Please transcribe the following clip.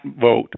vote